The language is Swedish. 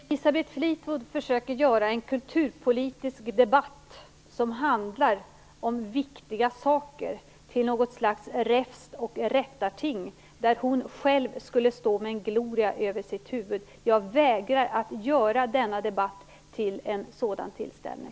Herr talman! Elisabeth Fleetwood försöker att göra en kulturpolitisk debatt, som handlar om viktiga frågor, till något slags räfst och rättarting, där hon själv skulle stå med en gloria över sitt huvud. Jag vägrar att göra denna debatt till en sådan tillställning.